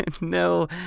no